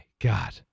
God